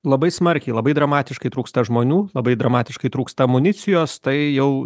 labai smarkiai labai dramatiškai trūksta žmonių labai dramatiškai trūksta amunicijos tai jau